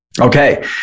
Okay